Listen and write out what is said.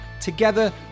Together